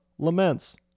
laments